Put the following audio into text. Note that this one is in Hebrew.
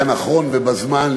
היה נכון ובזמן,